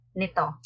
nito